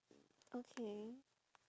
okay